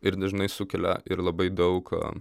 ir dažnai sukelia ir labai daug a